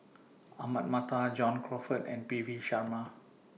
Ahmad Mattar John Crawfurd and P V Sharma